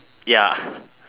ya